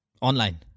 Online